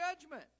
judgment